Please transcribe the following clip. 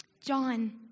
john